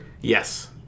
Yes